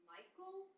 Michael